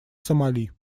сомали